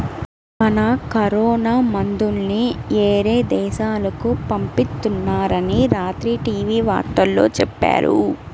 మన కరోనా మందుల్ని యేరే దేశాలకు పంపిత్తున్నారని రాత్రి టీవీ వార్తల్లో చెప్పారు